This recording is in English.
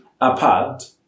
apart